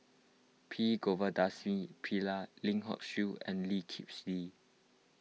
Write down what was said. P Govindasamy Pillai Lim Hock Siew and Lee Kip Lee